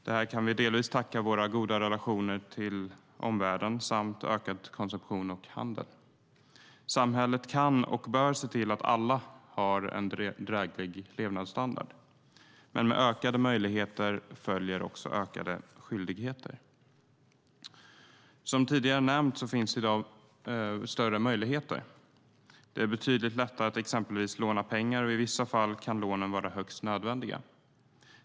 Detta kan vi delvis tacka våra goda relationer till omvärlden samt ökad konsumtion och handel. Samhället kan och bör se till att alla har en dräglig levnadsstandard, men med ökade möjligheter följer också ökade skyldigheter. Som tidigare nämnts finns det i dag större möjligheter. Det är betydligt lättare att exempelvis låna pengar. I vissa fall kan lånen vara högst nödvändiga.